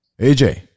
AJ